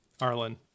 Arlen